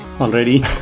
already